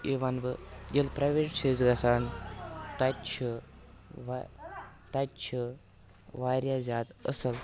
یہِ وَنہٕ بہٕ ییٚلہِ پرٛایویٹ چھِ أسۍ گژھان تَتہِ چھِ وا تَتہِ چھِ واریاہ زیادٕ اَصٕل